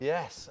Yes